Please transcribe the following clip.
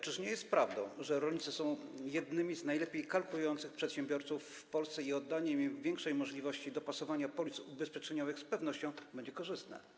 Czyż nie jest prawdą, że rolnicy są jednymi z najlepiej kalkulujących przedsiębiorców w Polsce i oddanie im większej możliwości dopasowania polis ubezpieczeniowych z pewnością będzie korzystne?